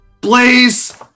Blaze